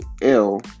ill